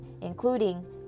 including